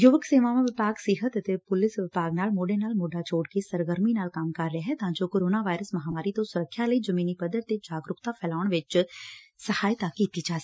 ਯੁਵਕ ਸੇਵਾਵਾਂ ਵਿਭਾਗ ਸਿਹਤ ਅਤੇ ਪੁਲਿਸ ਵਿਭਾਗ ਨਾਲ ਮੋਢੇ ਨਾਲ ਮੋਢਾ ਜੋੜ ਕੇ ਸਰਗਰਮੀ ਨਾਲ ਕੰਮ ਕਰ ਰਿਹੈ ਤਾਂ ਜੋ ਕੋਰੋਨਾ ਵਾਇਰਸ ਮਹਾਂਮਾਰੀ ਤੋਂ ਸੁਰੱਖਿਆ ਲਈ ਜ਼ਮੀਨੀ ਪੱਧਰ ਤੇ ਜਾਗਰੁਕਤਾ ਫੈਲਾਉਣ ਵਿਚ ਸਹਾਇਤਾ ਕੀਤੀ ਜਾ ਸਕੇ